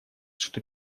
что